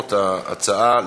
מיוזמות ההצעה,